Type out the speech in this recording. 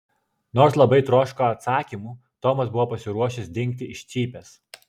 nors labai troško atsakymų tomas buvo pasiruošęs dingti iš cypės